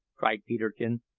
cried peterkin.